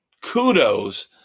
kudos